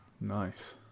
Nice